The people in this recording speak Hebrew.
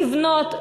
לבנות,